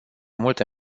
multă